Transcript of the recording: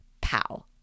POW